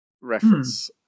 reference